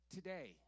Today